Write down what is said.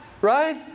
Right